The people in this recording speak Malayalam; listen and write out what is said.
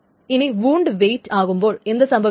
ഇനി വുണ്ട് വെയ്റ്റ് ആകുമ്പോൾ എന്ത് സംഭവിക്കും